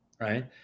right